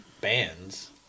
bands